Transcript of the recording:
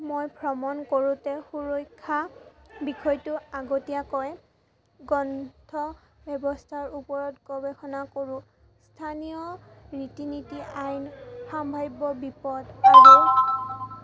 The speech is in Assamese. মই ভ্ৰমণ কৰোঁতে সুৰক্ষা বিষয়টো আগতীয়াকৈ গ্ৰন্থ ব্যৱস্থাৰ ওপৰত গৱেষণা কৰোঁ স্থানীয় ৰীতি নীতি আইন সাম্ভাৱ্য বিপদ আৰু